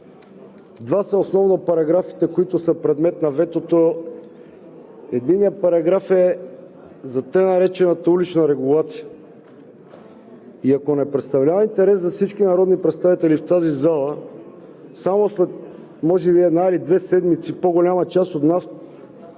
Два са основно параграфите, които са предмет на ветото. Единият параграф е за тъй наречената улична регулация и ако не представлява интерес за всички народни представители в тази зала, само след може би една или две седмици по-голяма част от нас